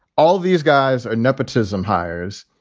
all of these guys are nepotism hires.